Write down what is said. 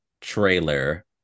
trailer